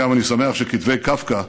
אגב, אני שמח שכתבי קפקא,